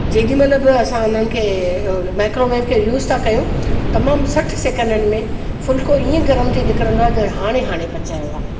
जेॾीमहिल बि असां हुननि खे माइक्रोवेव खे यूस था कयूं तमामु सठि सेकेंडनि में फुल्को ईअं गरम थी निकिरिंदो आहे जण हाणे हाणे पचायो आहे